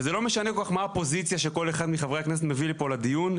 וזה לא משנה כל כך מה הפוזיציה שכל אחד מחברי הכנסת מביא לפה לדיון.